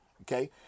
okay